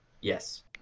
yes